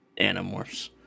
Animorphs